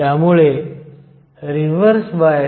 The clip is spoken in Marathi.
तर हे 0